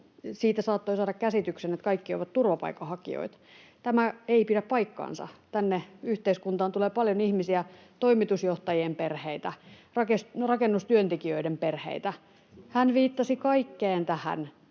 Siitä saattoi saada käsityksen, että kaikki ovat turvapaikanhakijoita. Tämä ei pidä paikkaansa. Tänne yhteiskuntaan tulee paljon ihmisiä: toimitusjohtajien perheitä, rakennustyöntekijöiden perheitä. Hän viittasi kaikkeen tähän